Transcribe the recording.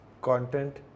content